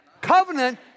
Covenant